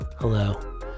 Hello